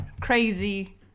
crazy